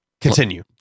Continue